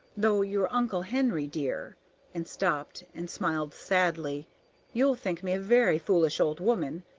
though your uncle henry, dear and stopped and smiled sadly you'll think me a very foolish old woman,